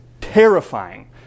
terrifying